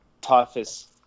toughest